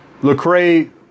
Lecrae